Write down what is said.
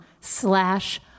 slash